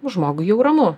žmogui jau ramu